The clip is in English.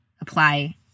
apply